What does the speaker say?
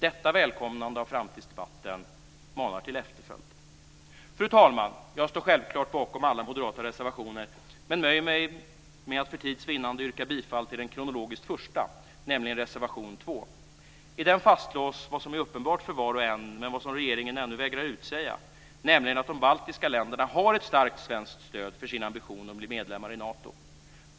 Detta välkomnande av framtidsdebatten manar till efterföljd. Fru talman! Jag står självklart bakom alla moderata reservationer, men jag nöjer mig med att för tids vinnande yrka bifall till den kronologiskt första, nämligen reservation 2. I den fastslås vad som är uppenbart för var och en, men vad regeringen ännu vägrar säga, nämligen att de baltiska länderna har ett starkt svenskt stöd för sin ambition att bli medlemmar i Nato.